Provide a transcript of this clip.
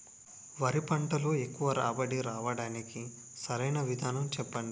వరి పంటలో ఎక్కువ రాబడి రావటానికి సరైన విధానం చెప్పండి?